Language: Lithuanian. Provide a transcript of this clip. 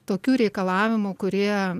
tokių reikalavimų kurie